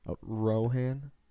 Rohan